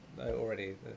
already